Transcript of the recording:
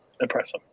impressive